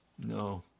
No